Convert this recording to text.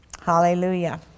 Hallelujah